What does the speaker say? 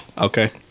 Okay